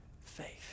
faith